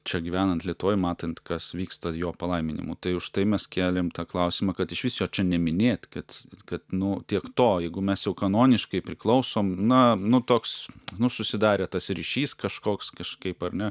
čia gyvenant lietuvoj matant kas vyksta jo palaiminimu tai užtai mes kėlėm tą klausimą kad išvis jo čia neminėt kad kad nu tiek to jeigu mes jau kanoniškai priklausom na nu toks nu susidarė tas ryšys kažkoks kažkaip ar ne